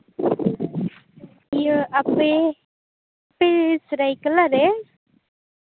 ᱤᱭᱟᱹ ᱟᱯᱮ ᱥᱚᱨᱟᱭᱠᱮᱞᱟ ᱨᱮ